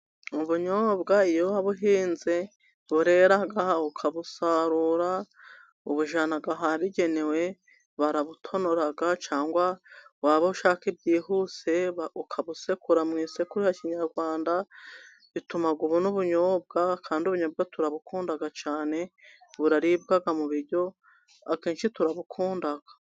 Ubunyobwa iyo wabuhinze, burera ukabusarura. Ubujyana ahabugenewe, barabutonora cyangwa waba ushaka ibyihuse, ukabusekura mu isekuru ya kinyarwanda, bituma ubona ubunyobwa. Kandi ubunyobwa turabukunda cyane, buraribwa mu biryo, akenshi turabukunda.